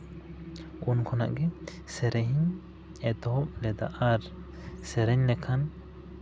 ᱩᱱ ᱠᱷᱚᱱᱟᱜ ᱜᱮ ᱥᱮᱨᱮᱧ ᱤᱧ ᱮᱛᱚᱦᱚᱵ ᱞᱮᱫᱟ ᱟᱨ ᱥᱮᱨᱮᱧ ᱞᱮᱠᱷᱟᱱ